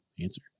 answer